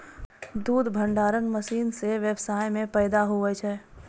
दुध भंडारण मशीन से व्यबसाय मे फैदा हुवै छै